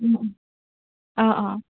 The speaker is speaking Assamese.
অঁ অঁ